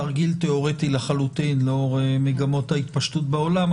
תרגיל תיאורטי לחלוטין לאור מגמות ההתפשטות בעולם,